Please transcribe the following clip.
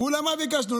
כולה מה ביקשנו?